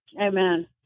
Amen